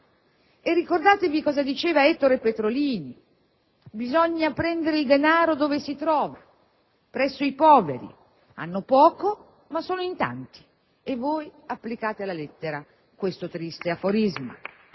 Ricordatevi cosa diceva Ettore Petrolini: «Bisogna prendere il denaro dove si trova: presso i poveri. Hanno poco, ma sono in tanti»*.* Voi applicate alla lettera questo triste aforisma.